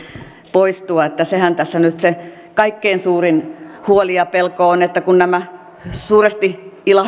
poistua että sehän tässä nyt se kaikkein suurin huoli ja pelko on että nämä suuresti